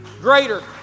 Greater